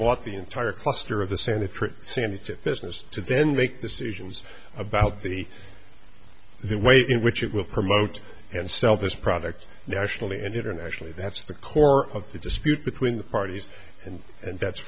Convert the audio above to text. bought the entire cluster of the santa trip see any business to then make decisions about the the way in which it will promote and sell this product nationally and internationally that's the core of the dispute between the parties and and that's